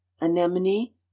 anemone